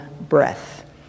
breath